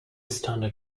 standard